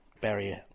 barrier